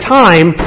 time